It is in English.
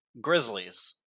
Grizzlies